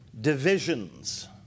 divisions